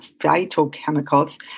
phytochemicals